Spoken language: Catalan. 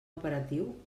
operatiu